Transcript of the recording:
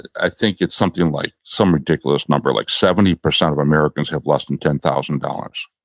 i think it's something like some ridiculous number like seventy percent of americans have less than ten thousand dollars